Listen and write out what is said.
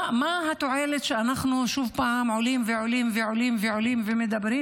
מה התועלת שאנחנו שוב פעם עולים ועולים ועולים ומדברים,